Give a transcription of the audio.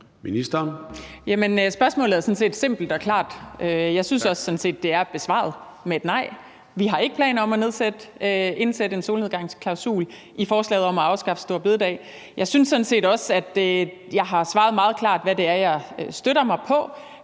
jo sådan set simpelt og klart, og jeg synes sådan set også, det er besvaret med et nej: Vi har ikke planer om at indsætte en solnedgangsklausul i forslaget om at afskaffe store bededag. Jeg synes sådan set også, at jeg har svaret meget klart, hvad det er, jeg støtter mig på.